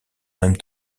même